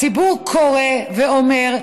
הציבור קורא ואומר: